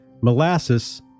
molasses